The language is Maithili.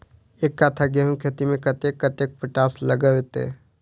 एक कट्ठा गेंहूँ खेती मे कतेक कतेक पोटाश लागतै?